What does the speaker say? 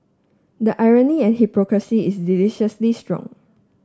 the irony and hypocrisy is deliciously strong